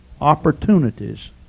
opportunities